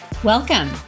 Welcome